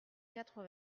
quatre